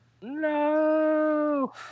No